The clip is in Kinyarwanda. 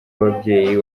w’ababyeyi